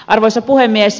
arvoisa puhemies